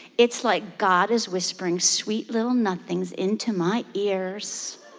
it's like god is whispering sweet little nothings into my ears.